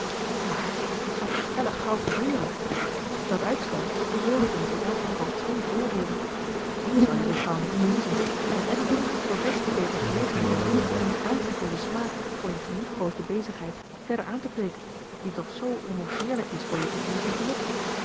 maar t zal toch stellig gauw gebeuren dat uitstel bezorgt ons in elk geval twee voordeelen ik zal je zoo gauw niet verliezen en edward zal des te beter gelegenheid hebben om dien aangeboren smaak voor je geliefkoosde bezigheid verder aan te kweeken die toch zoo onontbeerlijk is voor je toekomstig geluk